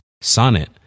Sonnet